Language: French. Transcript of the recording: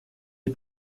est